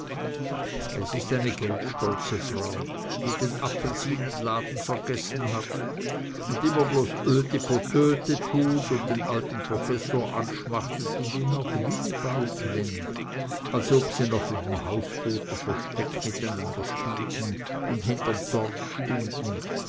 es is eine geldstolze frau die den apfelsinenladen vergessen hat un immer bloß ötepotöte tut un den alten professor anschmachtet un ihn auch wilibald nennt als ob sie noch auf n hausboden versteck miteinander spielten un hinterm torf stünden